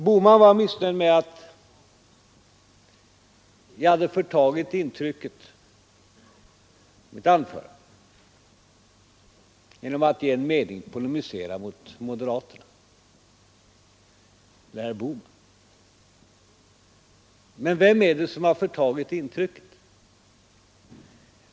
Herr Bohman var missnöjd med att jag hade förtagit intrycket av mitt anförande genom att i en mening polemisera mot moderaterna mot herr Bohman. Men vem är det som har förtagit intrycket?